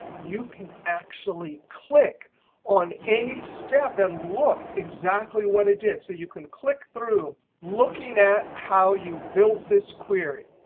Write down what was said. you can actually click on any step and look exactly what it did. so you can click through looking at how you built this query.